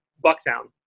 Bucktown